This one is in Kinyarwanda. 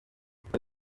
twari